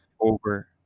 over